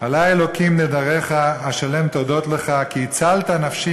"עלי אלוקים נדריך אשלם תודות לך"; "כי הצלת נפשי